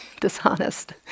dishonest